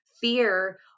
fear